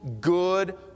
good